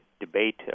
debate